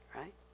right